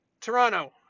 Toronto